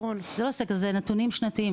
זה לא סקר, אלו נתונים שנתיים.